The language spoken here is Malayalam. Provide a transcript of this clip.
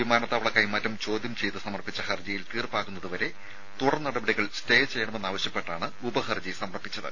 വിമാനത്താവള കൈമാറ്റം ചോദ്യം ചെയ്ത് സമർപ്പിച്ച ഹർജിയിൽ തീർപ്പാകുന്നതുവരെ തുടർ നടപടികൾ സ്റ്റേ ചെയ്യണമെന്നാവശ്യപ്പെട്ടാണ് ഉപ ഹർജി സമർപ്പിച്ചത്